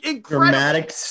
Dramatic